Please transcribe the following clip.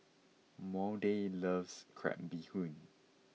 Maude loves Crab Bee Hoon